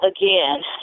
Again